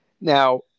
now